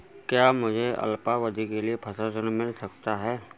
क्या मुझे अल्पावधि के लिए फसल ऋण मिल सकता है?